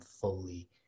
fully